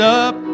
up